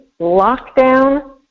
lockdown